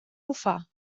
bufar